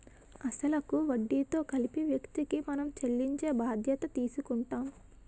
అసలు కు వడ్డీతో కలిపి వ్యక్తికి మనం చెల్లించే బాధ్యత తీసుకుంటాం